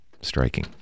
Striking